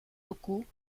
locaux